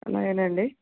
అలాగే లెండి